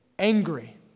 angry